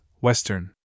Western